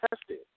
tested